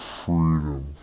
freedom